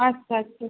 আচ্ছা আচ্ছা